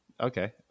Okay